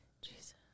Jesus